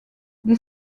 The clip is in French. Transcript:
des